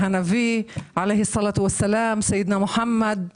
והנביא אומרת מילים בשפה הערבית.